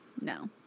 No